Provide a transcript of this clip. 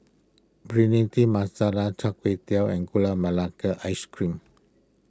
Bhindi Masala Char Kway Teow and Gula Melaka Ice Cream